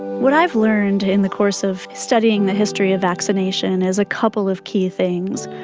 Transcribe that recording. what i have learned in the course of studying the history of vaccination is a couple of key things.